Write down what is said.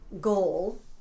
goal